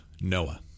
Noah